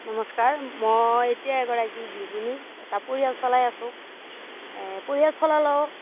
নমস্কাৰ মই এতিয়া এগৰাকী গৃহিনী এটা পৰিয়াল চলাই আছো পৰিয়াল চলালেও